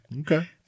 Okay